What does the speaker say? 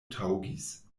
taŭgis